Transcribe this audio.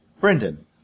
Brendan